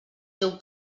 teu